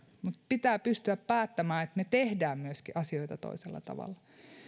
mutta pitää pystyä päättämään että me teemme asioita myöskin toisella tavalla